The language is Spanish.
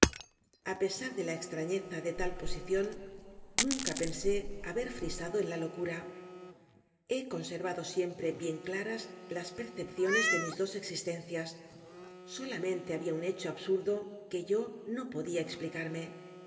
pesar de la extrañeza de tal po sicidn nunca pensé haber frisado en la locura he conservado siempre bieu claras las percep ciones de mis dos existencias solamente había un hecho absurdo que yo no podía explicarme